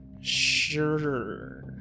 Sure